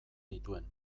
nituen